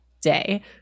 day